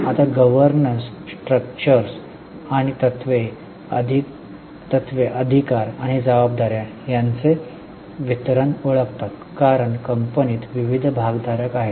आता governance structures आणि तत्त्वे अधिकार आणि जबाबदाऱ्या यांचे वितरण ओळखतात कारण कंपनीत विविध भागधारक आहेत